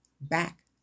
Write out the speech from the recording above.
back